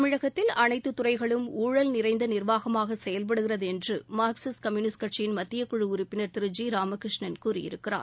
தமிழகத்தில் அனைத்து துறைகளும் ஊழல் நிறைந்த நிர்வாகமாக செயல்படுகிறது என்று மார்க்சிஸ்ட் கம்யுனிஸ்ட் கட்சியின் மத்தியக் குழு உறுப்பினர் திரு ஜி ராமகிருஷ்ணன் கூறியிருக்கிறார்